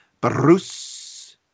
Bruce